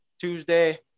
tuesday